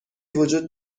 وجود